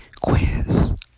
quiz